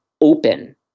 open